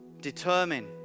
determine